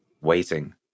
waiting